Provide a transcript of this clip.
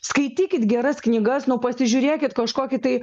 skaitykit geras knygas nu pasižiūrėkit kažkokį tai